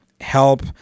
help